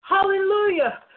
Hallelujah